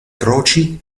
croci